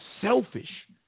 selfish